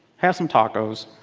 have some tacos.